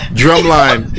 drumline